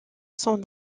sont